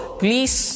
please